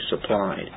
supplied